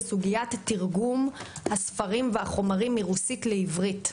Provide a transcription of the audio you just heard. לסוגיית תרגום הספרים והחומרים מרוסית לעברית.